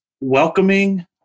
welcoming